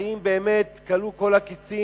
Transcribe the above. האם באמת כלו כל הקצים,